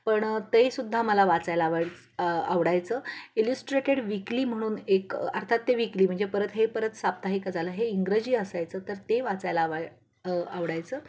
पण ते सुद्धा मला वाचायला आवड आवडायचं इलुस्ट्रेटेड विकली म्हणून एक अर्थात ते वकली म्हणजे परत हे परत साप्ताहिकच आलं हे इंग्रजी असायचं तर ते वाचायला आव आवडायचं